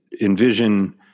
envision